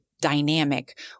dynamic